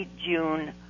June